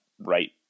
right